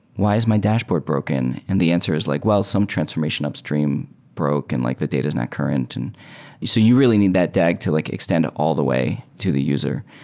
why is my dashboard broken? and the answer is like, well, some transformation upstream broke and like the data is not current. and you so you really need that dag to like extend all the way to the user.